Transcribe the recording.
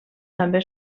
també